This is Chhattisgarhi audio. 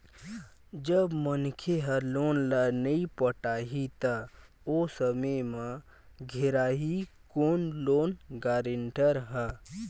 जब मनखे ह लोन ल नइ पटाही त ओ समे म घेराही कोन लोन गारेंटर ह